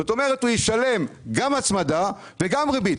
זאת אומרת, הוא ישלם גם הצמדה וגם ריבית.